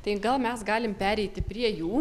tai gal mes galim pereiti prie jų